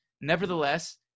nevertheless